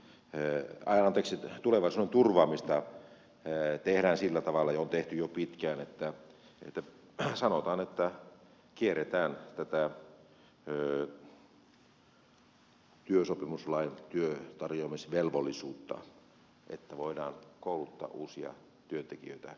rey vaatisi tulevansa turvaamista tehdään sillä tavalla ja on tehty jo pitkään sanotaan että kierretään tätä työsopimuslain työntarjoamisvelvollisuutta että voidaan kouluttaa uusia työntekijöitä rakennusalalle